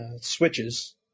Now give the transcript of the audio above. switches